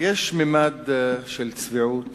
יש ממד של צביעות